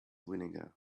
vinegar